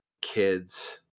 kids